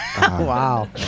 Wow